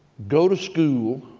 go to school